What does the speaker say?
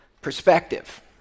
perspective